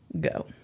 go